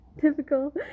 typical